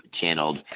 channeled